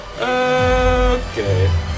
Okay